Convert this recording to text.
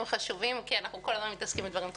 חשובים כי אנחנו כל הזמן מתעסקים בדברים דחופים.